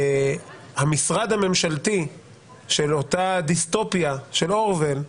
המשרד הממשלתי של אותה דיסטופיה של אורוול,